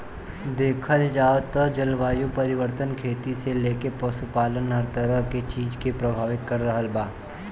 देखल जाव त जलवायु परिवर्तन खेती से लेके पशुपालन हर तरह के चीज के प्रभावित कर रहल बा